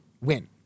win